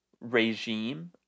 regime